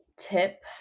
tip